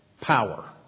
power